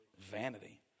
Vanity